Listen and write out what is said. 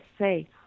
say